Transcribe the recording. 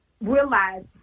realize